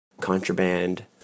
Contraband